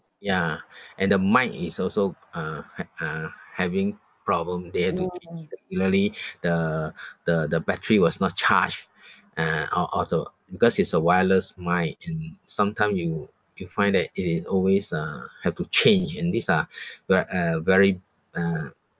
ya and the mic is also uh ha~ uh having problem there the the the battery was not charged uh or or the because it's a wireless mic and sometime you you find that it is always uh have to change and this uh ver~ uh very uh